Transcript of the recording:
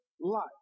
life